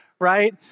right